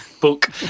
Book